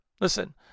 listen